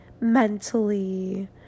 mentally